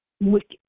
wicked